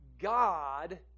God